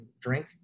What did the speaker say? drink